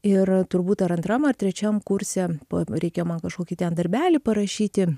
ir turbūt ar antram ar trečiam kurse p reikėjo man kažkokį ten darbelį parašyti